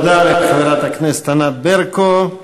תודה לחברת הכנסת ענת ברקו.